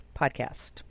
podcast